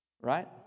Right